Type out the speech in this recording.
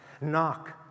Knock